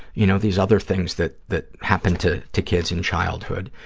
you know, these other things that that happen to to kids in childhood.